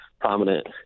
prominent